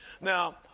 Now